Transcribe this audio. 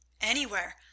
Anywhere